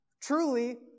Truly